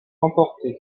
emporté